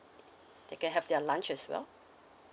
they can have their lunch as well